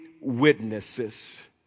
witnesses